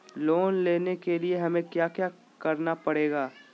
Loan लेने के लिए हमें क्या क्या करना पड़ेगा?